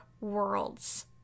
worlds